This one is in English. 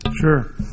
Sure